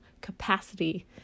capacity